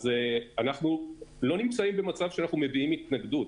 אז אנחנו לא נמצאים במצב שאנחנו מביעים התנגדות.